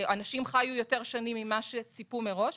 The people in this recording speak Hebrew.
אנשים חיו יותר שנים ממה שציפו מראש,